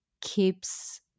keeps